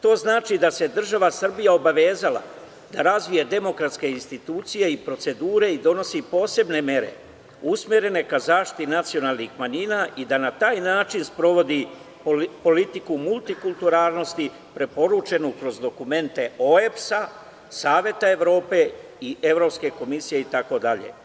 To znači da se država Srbija obavezala da razvije demokratske institucije i procedure i donosi posebne mere usmerene ka zaštiti nacionalnih manjina i da na taj način sprovodi politiku multikulturalnosti preporučenu kroz dokumente OEBS-a, Saveta Evrope i Evropske komisije itd.